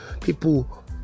people